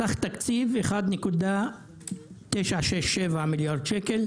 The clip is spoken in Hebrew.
סך תקציב: 1.967 מיליארד ₪.